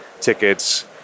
tickets